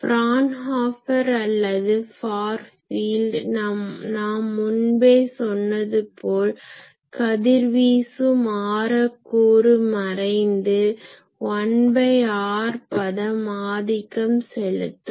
Fraunhofer அல்லது far field நாம் முன்பே சொன்னது போல் கதிர்வீசும் ஆரக்கூறு மறைந்து 1r பதம் ஆதிக்கம் செலுத்தும்